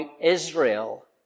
Israel